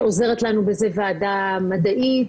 עוזרת לנו בזה ועדה מדעית,